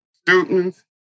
students